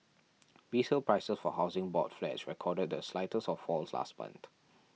resale prices for Housing Board flats recorded the slightest of falls last month